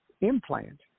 implant